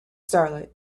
starlight